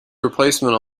replacement